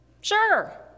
Sure